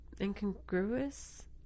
incongruous